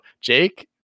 Jake